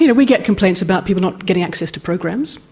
you know we get complaints about people not getting access to programs.